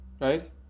right